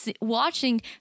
watching